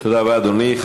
תודה רבה, אדוני.